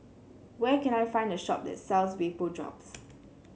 where can I find the shop that sells Vapodrops